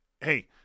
hey